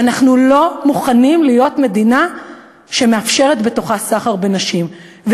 שאנחנו לא מוכנים להיות מדינה שמאפשרת סחר בנשים בתוכה.